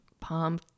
Palm